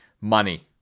money